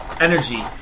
energy